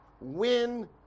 win